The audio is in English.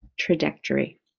trajectory